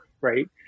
right